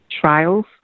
trials